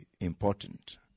important